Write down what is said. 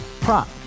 Prop